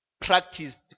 practiced